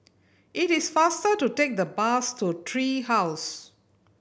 it is faster to take the bus to Tree House